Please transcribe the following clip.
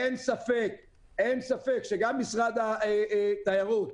אין ספק שגם משרד התיירות עוזר.